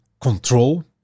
control